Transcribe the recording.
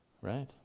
Right